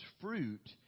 fruit